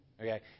Okay